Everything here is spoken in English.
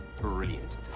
brilliant